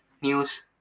News